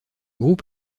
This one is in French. groupe